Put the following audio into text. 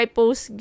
post